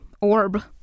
orb